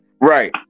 Right